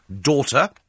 daughter